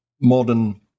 modern